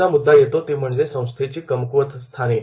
पुढचा मुद्दा येतो ती म्हणजे संस्थेची कमकुवत स्थाने